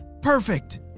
Perfect